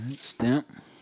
Stamp